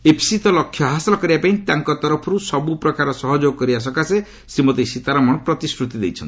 ଇପ୍ସିତ ଲକ୍ଷ୍ୟ ହାସଲ କରିବାପାଇଁ ତାଙ୍କ ତରଫରୁ ସବୁ ପ୍ରକାରର ସହଯୋଗ କରିବାପାଇଁ ଶ୍ରୀମତୀ ସୀତାରମଣ ପ୍ରତିଶ୍ରତି ଦେଇଛନ୍ତି